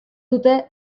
dute